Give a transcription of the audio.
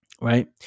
right